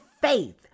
faith